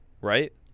right